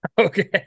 Okay